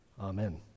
Amen